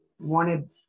wanted